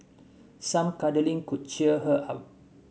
some cuddling could cheer her up